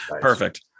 Perfect